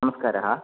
नमस्कारः